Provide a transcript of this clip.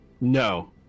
No